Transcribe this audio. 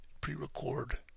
Pre-record